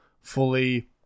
fully